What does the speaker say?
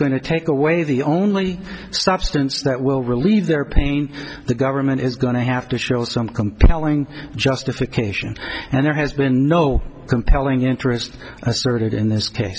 to take away the only substance that will relieve their pain the government is going to have to show some compelling justification and there has been no compelling interest asserted in this case